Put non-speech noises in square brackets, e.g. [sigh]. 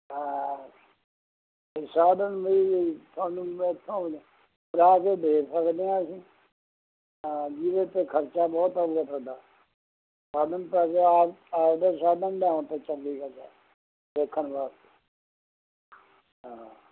ਹਾਂ ਫਿਰ ਸਾਧਨ ਲਈ ਤੁਹਾਨੂੰ ਮੈਂ ਇੱਥੋਂ ਕਰਾਕੇ ਦੇ ਸਕਦੇ ਹਾਂ ਅਸੀਂ ਹਾਂ ਜਿਹਦੇ 'ਤੇ ਖਰਚਾ ਬਹੁਤ ਆਊਗਾ ਤੁਹਾਡਾ ਸਾਧਨ ਪੈ ਗਿਆ ਆਪਣੇ ਸਾਧਨ ਲਿਆਉਣ 'ਤੇ ਚੰਡੀਗੜ [unintelligible] ਦੇਖਣ ਵਾਸਤੇ ਹਾਂ